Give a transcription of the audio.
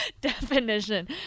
Definition